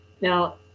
Now